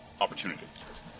opportunity